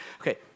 Okay